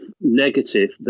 negative